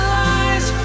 lies